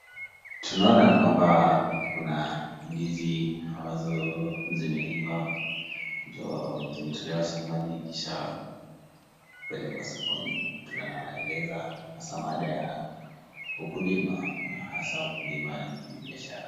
Tunaona ya kwamba kuna ndizi ambazo zimeiva, ndo zimetolewa shambani kisha kupelekwa sokoni. Tunaeleza hasaa mada ya ukulima na hasaa ukulima ni biashara.